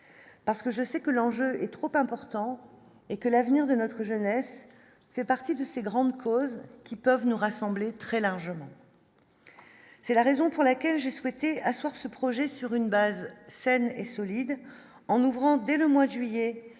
parce que je sais que l'enjeu est trop important et que l'avenir de notre jeunesse fait partie de ces grandes causes qui peuvent nous rassembler très largement. C'est la raison pour laquelle j'ai souhaité asseoir ce projet sur une base saine et solide en ouvrant dès le mois de juillet,